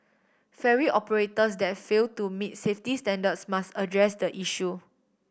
ferry operators that fail to meet safety standards must address the issue